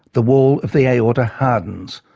the wall of the aorta hardens,